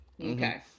Okay